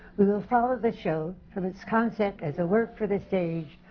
we will follow the show from its concept as a work for the stage,